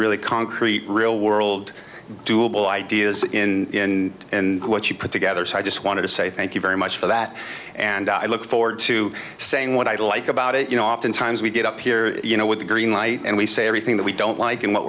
really concrete real world doable ideas in and what you put together so i just wanted to say thank you very much for that and i look forward to saying what i like about it you know oftentimes we get up here you know with a green light and we say everything that we don't like and what